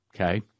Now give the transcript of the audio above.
Okay